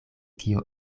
kio